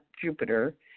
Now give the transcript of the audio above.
Jupiter